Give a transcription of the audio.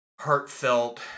heartfelt